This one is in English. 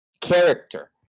character